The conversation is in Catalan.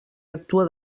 actua